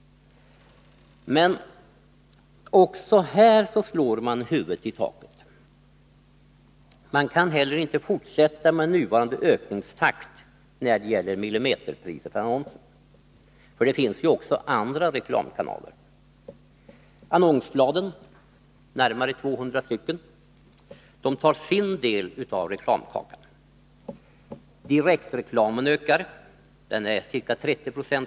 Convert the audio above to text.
Men också här slår man huvudet i taket. Man kan inte fortsätta med nuvarande ökningstakt beträffande millimeterpriset på annonser. Det finns ju också andra reklamkanaler. Annonsbladen — närmare 200 stycken — tar sin del av reklamkakan. Direktreklamen ökar och är i dag ca 30 26.